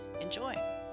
Enjoy